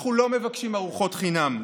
אנחנו לא מבקשים ארוחות חינם.